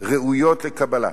ראויות לקבלה,